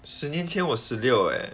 十年前我十六 eh